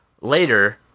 Later